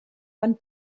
van